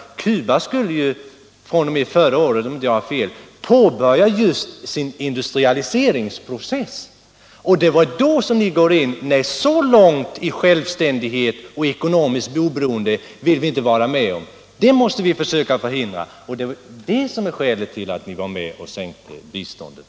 Cuba skulle ju fr.o.m. förra året, om jag inte tar fel, påbörja sin industrialiseringsprocess, och det var då ni gick in och menade: Nej, självständighet och ekonomiskt oberoende för Cuba i sådan omfattning vill vi inte vara med om. Det måste vi försöka förhindra. Det är ytterligare ett skäl till att ni var med om att sänka biståndet.